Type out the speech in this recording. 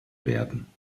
werden